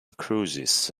cruises